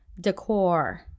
decor